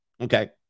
Okay